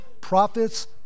prophets